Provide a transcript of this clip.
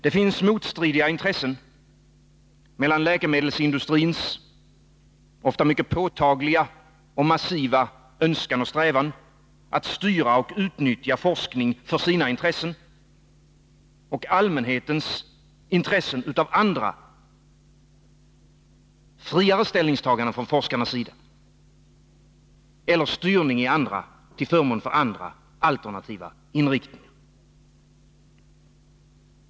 Det finns motstridiga intressen mellan läkemedelsindustrins ofta mycket påtagliga och massiva önskan och strävan att styra och utnyttja forskningen för sina intressen och allmänhetens intressen av andra, friare ställningstaganden från forskarnas sida eller styrning till förmån för andra alternativa inriktningar.